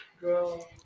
Girl